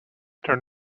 turn